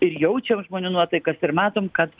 ir jaučiam žmonių nuotaikas ir matom kad